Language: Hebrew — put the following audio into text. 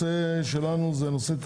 צהריים טובים לכולם,